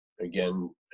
again